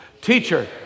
Teacher